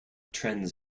trends